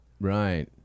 Right